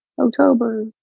October